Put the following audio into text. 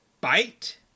Bite